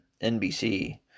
NBC